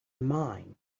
mine